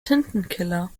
tintenkiller